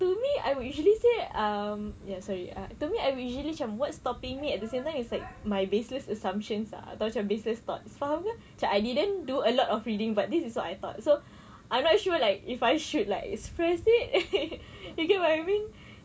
to me I will usually say um ya sorry to me I usually macam what's stopping me at the same time is like my baseless assumptions ah atau macam baseless thought faham ke macam I didn't do a lot of reading but this is what I thought so I'm not sure like if I should like express it you get what I mean